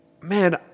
man